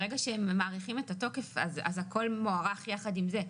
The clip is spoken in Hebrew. ברגע שהם מאריכים את התוקף אז הכל מוארך יחד עם זה.